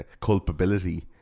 culpability